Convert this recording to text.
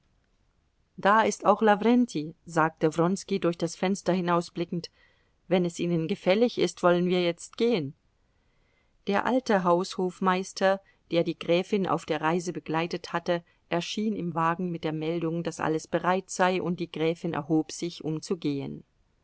da ist auch lawrenti sagte wronski durch das fenster hinausblickend wenn es ihnen gefällig ist wollen wir jetzt gehen der alte haushofmeister der die gräfin auf der reise begleitet hatte erschien im wagen mit der meldung daß alles bereit sei und die gräfin erhob sich um